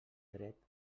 dret